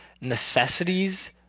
necessities